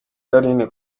carine